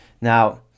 now